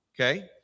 okay